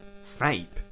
Snape